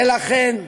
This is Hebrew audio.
ולכן,